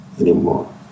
anymore